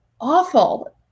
awful